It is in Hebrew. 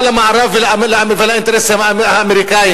של המערב ושל האינטרסים האמריקניים,